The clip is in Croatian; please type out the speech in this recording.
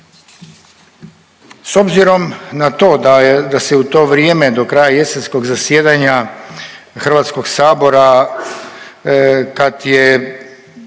S obzirom na to da se u to vrijeme do kraja jesenskog zasjedanja Hrvatskog sabora kad je